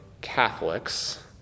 Catholics